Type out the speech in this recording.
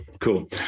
Cool